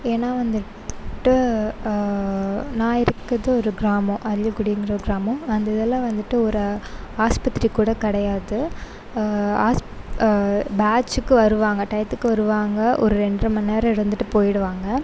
ஏன்னால் வந்துட்டு நான் இருக்கிறது ஒரு கிராமம் அள்ளிக்குடிங்கிற ஒரு கிராமம் அந்த இதில் வந்துட்டு ஒரு ஆஸ்பத்திரி கூட கிடையாது ஆஸ் பேட்ச்சுக்கு வருவாங்க டையதுக்கு வருவாங்க ஒரு ரெண்டரை மணி நேரம் இருந்துவிட்டு போய்விடுவாங்க